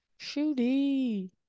Shooty